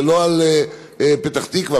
זה לא על פתח תקווה,